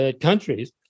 countries